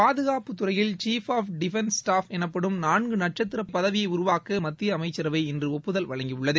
பாதுகாப்புத்துறையில் chief of defence staff எனப்படும் நான்கு நட்சத்திர பதவியை உருவாக்க மத்திய அமைச்சரவை இன்று ஒப்புதல் வழங்கியுள்ளது